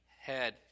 head